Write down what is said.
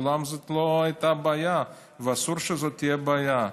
מעולם זאת לא הייתה בעיה, ואסור שזו תהיה בעיה.